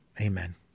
Amen